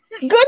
good